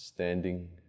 Standing